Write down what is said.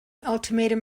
ultimatum